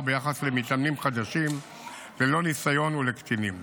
ביחס למתאמנים חדשים ללא ניסיון ולקטינים,